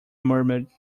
murmured